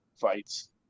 fights